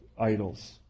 idols